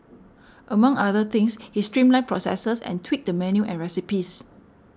among other things he streamlined processes and tweaked the menu and recipes